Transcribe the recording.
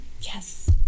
Yes